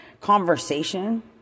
conversation